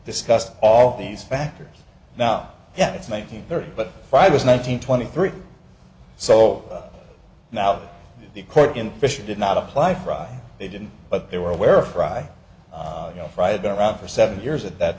discussed all of these factors now that it's nineteen thirty but if i was nineteen twenty three so now to the court in fisher did not apply for a i they didn't but they were aware fry you know fried been around for seven years at that